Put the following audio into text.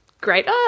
great